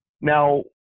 Now